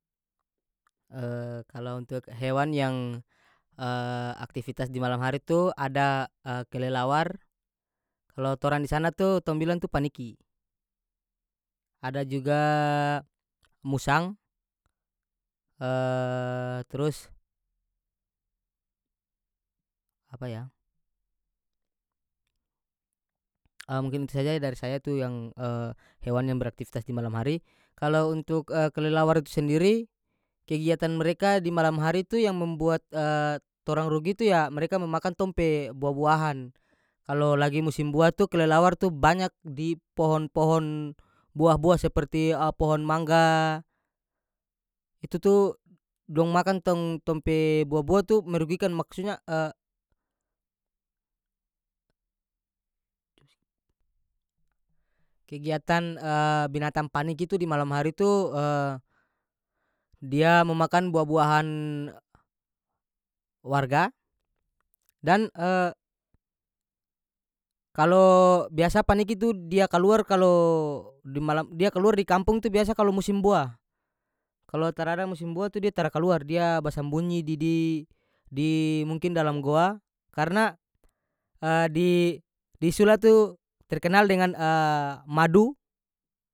kalo untuk hewan yang aktifitas di malam hari itu ada kelelawar kalo torang di sana tu tong bilang tu paniki ada juga musang trus apa yah mungkin itu saja dari saya tu yang hewan yang beraktifitas di malam hari kalau untuk kelelawar itu sendiri kegiatan mereka di malam hari tu yang membuat torang rugi tu ya mereka memakan tong pe buah-buahan kalo lagi musim buah tu kelelawar tu banyak di pohon-pohon buah-buah seperti a pohon mangga itu tu dong makan tong- tong pe buah-buah tu merugikan maksudnya kegiatan binatang paniki tu di malam hari tu dia memakan buah-buahan warga dan kalo biasa paniki tu dia kaluar kalo di malam dia kaluar di kampung tu biasa kalo musim buah kalo tarada musim buah tu dia tara kaluar dia basambunyi didi- di mungkin dalam goa karena di- di sula tu terkenal dengan madu.